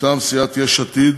מטעם סיעת יש עתיד,